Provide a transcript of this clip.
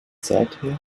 seither